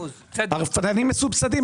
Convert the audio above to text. הרפתנים מסובסדים.